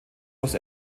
los